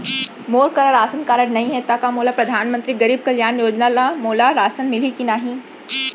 मोर करा ration card नहीं है त का मोल परधानमंतरी गरीब कल्याण योजना ल मोला राशन मिलही कि नहीं?